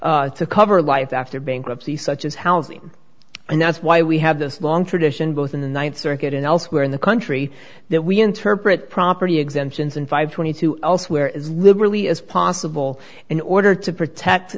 necessities to cover life after bankruptcy such as housing and that's why we have this long tradition both in the ninth circuit and elsewhere in the country that we interpret property exemptions and five twenty two elsewhere is liberally as possible in order to protect